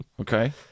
okay